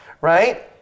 Right